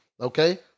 okay